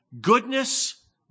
goodness